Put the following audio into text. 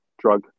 drug